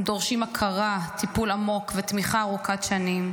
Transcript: הם דורשים הכרה, טיפול עמוק ותמיכה ארוכת שנים.